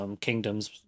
Kingdoms